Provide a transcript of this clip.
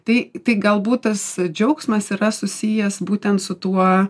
tai tai galbūt tas džiaugsmas yra susijęs būtent su tuo